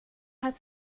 hat